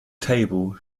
table